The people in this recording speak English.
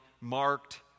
marked